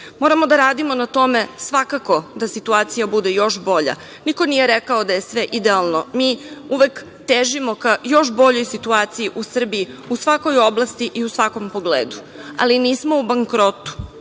Moramo da radimo na tome svakako da situacija bude još bolja. Niko nije rekao da je sve idealno. Mi uvek težimo ka još boljoj situaciji u Srbiji, u svakoj oblasti i u svakom pogledu, ali nismo u bankrotu,